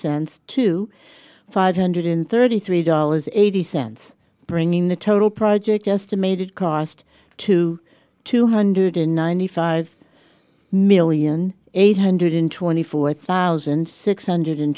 cents to five hundred thirty three dollars eighty cents bringing the total project estimated cost to two hundred ninety five million eight hundred twenty four thousand six hundred